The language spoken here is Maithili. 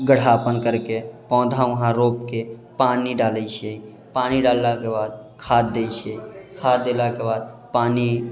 गहरापन करिके पौधा वहाँ रोपिके पानी डालै छिए पानी डाललाके बाद खाद दै छिए खाद देलाके बाद पानी